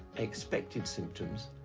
expected symptoms,